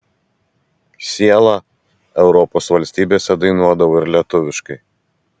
siela europos valstybėse dainuodavo ir lietuviškai